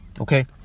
okay